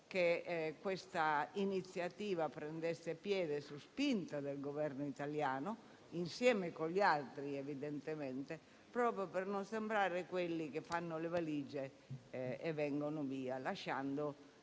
che questa iniziativa prendesse piede, sospinta dal Governo italiano (insieme agli altri, evidentemente), per non sembrare quelli che fanno le valigie e vanno via. Che